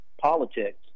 politics